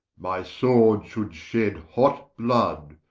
my sword should shed hot blood,